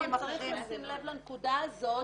צריך לשים לב לנקודה הזאת,